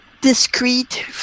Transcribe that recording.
discreet